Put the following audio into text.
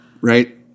right